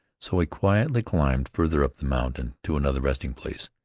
so he quietly climbed farther up the mountain to another resting-place.